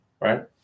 right